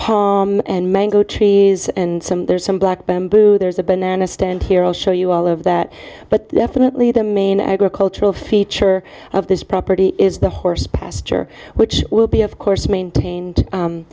palm and mango trees and some there's some black bamboo there's a banana stand here i'll show you all of that but definitely the main agricultural feature of this property is the horse pasture which will be of course maintained